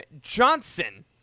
Johnson